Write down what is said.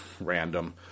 random